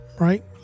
right